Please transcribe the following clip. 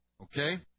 okay